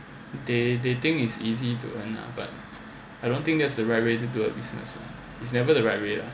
they they think it's easy to earn lah but I don't think that's a very good to do a business ah is never the right way lah